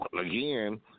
again